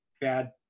bad